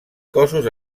cossos